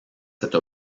cette